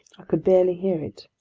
i could barely hear it.